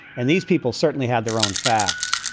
and these people certainly had their own facts.